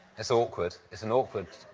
it's awkward. it's an awkward.